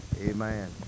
amen